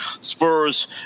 Spurs